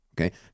okay